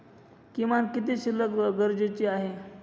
किमान किती शिल्लक गरजेची आहे?